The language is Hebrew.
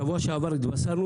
בשבוע שעבר התבשרנו